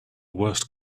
worst